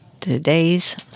today's